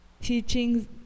teachings